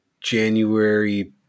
January